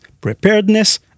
preparedness